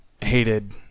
hated